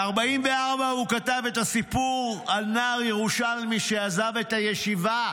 ב-1944 הוא כתב את הסיפור על נער ירושלמי שעזב את הישיבה.